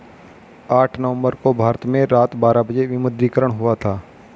आठ नवम्बर को भारत में रात बारह बजे विमुद्रीकरण हुआ था